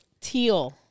Teal